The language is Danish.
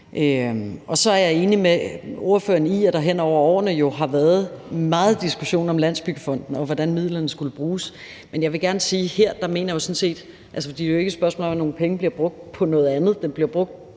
Så er jeg enig med ordføreren i, at der hen over årene har været meget diskussion om Landsbyggefonden og om, hvordan midlerne skulle bruges. Men jeg vil gerne sige her, at jeg jo sådan set mener, at det ikke er et spørgsmål om, at nogle penge bliver brugt på noget andet.